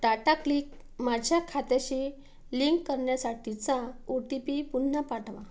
टाटाक्लिक माझ्या खात्याशी लिंक करण्यासाठीचा ओ टी पी पुन्हा पाठवा